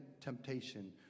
temptation